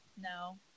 no